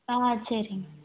ஆ சரிங்க